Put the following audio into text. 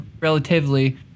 relatively